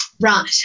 Right